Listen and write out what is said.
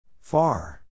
Far